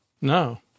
No